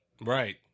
Right